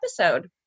episode